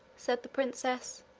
said the princess.